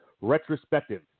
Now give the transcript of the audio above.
retrospective